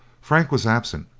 frank was absent,